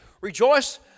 Rejoice